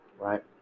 right